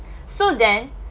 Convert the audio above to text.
so then